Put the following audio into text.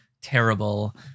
terrible